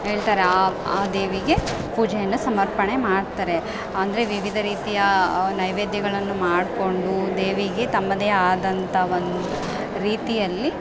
ಹೇಳ್ತಾರೆ ದೇವಿಗೆ ಪೂಜೆಯನ್ನು ಸಮರ್ಪಣೆ ಮಾಡ್ತಾರೆ ಅಂದರೆ ವಿವಿಧ ರೀತಿಯ ನೈವೇದ್ಯಗಳನ್ನು ಮಾಡಿಕೊಂಡು ದೇವಿಗೆ ತಮ್ಮದೇ ಆದಂಥ ಒನ್ ರೀತಿಯಲ್ಲಿ